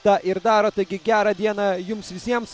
tą ir daro taigi gerą dieną jums visiems